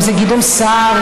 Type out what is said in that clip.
אם זה גדעון סער,